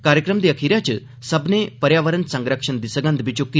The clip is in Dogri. कार्यक्रम दे अखीरै च सब्मने पर्यावरण संरक्षण दी सगंघ बी चुक्की